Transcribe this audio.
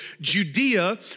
Judea